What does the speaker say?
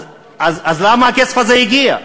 אז למה הכסף הזה הגיע?